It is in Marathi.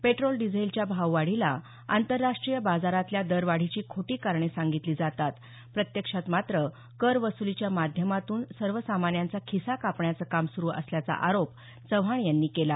पेट्रोल डिझेलच्या भाववाढीला आंतरराष्ट्रीय बाजारातल्या दरवाढीची खोटी कारणे सांगितली जातात प्रत्यक्षात मात्र कर वसुलीच्या माध्यमातून सर्वसामान्यांचा खिसा कापण्याचं काम सुरू असल्याचा आरोप चव्हाण यांनी केला